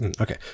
okay